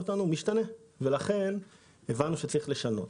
משתנה ולכן הבנו שצריך לשנות